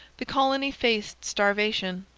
the colony faced starvation.